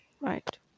right